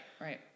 right